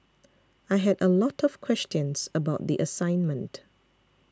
I had a lot of questions about the assignment